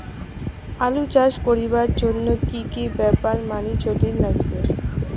আলু চাষ করিবার জইন্যে কি কি ব্যাপার মানি চলির লাগবে?